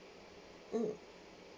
mm